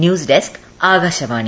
news desk Akashvani